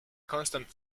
constant